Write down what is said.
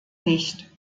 nicht